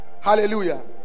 hallelujah